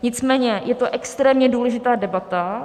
Nicméně, je to extrémně důležitá debata.